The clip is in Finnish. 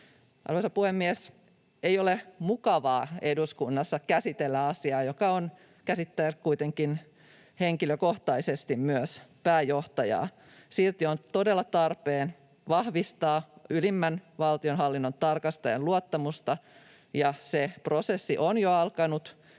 Arvoisa puhemies! Ei ole mukavaa eduskunnassa käsitellä asiaa, joka käsittelee kuitenkin henkilökohtaisesti myös pääjohtajaa. Silti on todella tarpeen vahvistaa luottamusta ylimmän valtionhallinnon tarkastajaan. Se prosessi on jo alkanut,